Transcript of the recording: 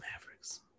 Mavericks